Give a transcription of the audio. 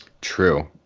True